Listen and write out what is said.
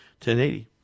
1080